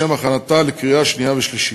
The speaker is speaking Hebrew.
לשם הכנתה לקריאה שנייה ולקריאה שלישית.